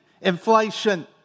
inflation